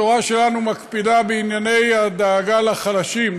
התורה שלנו מקפידה בענייני הדאגה לחלשים,